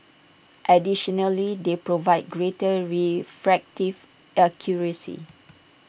additionally they provide greater refractive accuracy